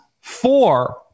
four